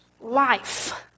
life